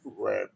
right